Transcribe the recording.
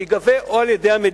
או על-ידי היטל חינוך,